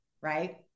right